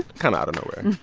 kind of out of nowhere.